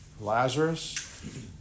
Lazarus